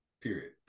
period